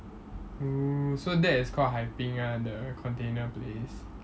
oo so that is called hai bin ah the container place